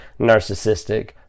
narcissistic